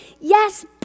yes